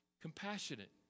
compassionate